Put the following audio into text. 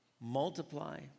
multiply